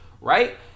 Right